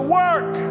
work